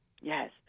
Yes